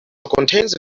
contains